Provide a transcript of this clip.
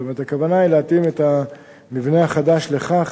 זאת אומרת, הכוונה היא להתאים את המבנה החדש לכך